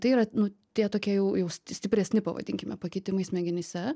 tai yra nu tie tokie jau jau sti stipresni pavadinkime pakitimai smegenyse